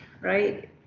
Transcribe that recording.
right